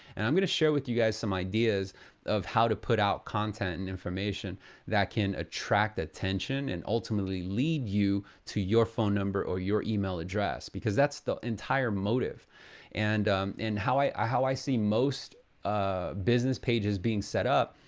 and i'm gonna share with you guys some ideas of how to put out content and information that can attract attention and ultimately lead you to your phone number or your email address. because that's the entire motive and and how i how i see most ah business pages being set up,